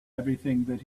everything